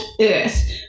earth